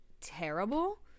terrible